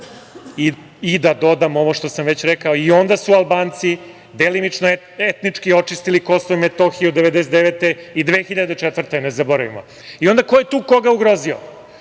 90%.Da dodam ono što sam već rekao, i onda su Albanci delimično etnički očistili KiM 1999. i 2004. godine, ne zaboravimo. I onda ko je tu koga ugrozio?